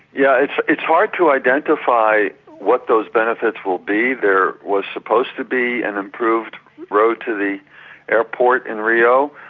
yeah it's it's hard to identify what those benefits will be. there was supposed to be an improved road to the airport in rio.